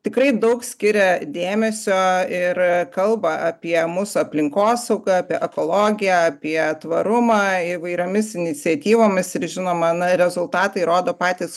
tikrai daug skiria dėmesio ir kalba apie mūsų aplinkosaugą apie ekologiją apie tvarumą įvairiomis iniciatyvomis ir žinoma na rezultatai rodo patys